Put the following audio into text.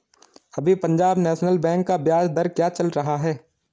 अभी Punjab National Bank का ब्याज दर क्या चल रहा है?